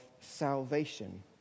salvation